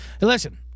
listen